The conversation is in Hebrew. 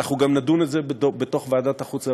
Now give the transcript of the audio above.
אנחנו גם נדון בזה בוועדת החוץ והביטחון,